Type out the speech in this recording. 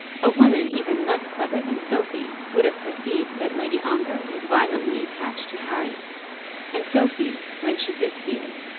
a woman even less clever than sophie would have perceived that lady ongar was violently attached to harry and sophie, when she did see it,